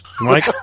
Mike